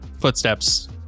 footsteps